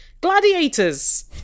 Gladiators